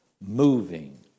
moving